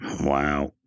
Wow